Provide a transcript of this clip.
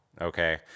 Okay